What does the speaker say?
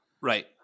Right